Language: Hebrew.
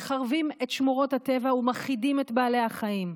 מחרבים את שמורות הטבע ומכחידים את בעלי החיים.